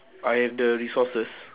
I have the resources